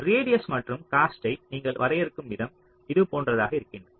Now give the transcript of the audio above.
radius மற்றும் காஸ்ட்டை நீங்கள் வரையறுக்கும் விதம் இது போன்றதாக இருக்கின்றது